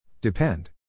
Depend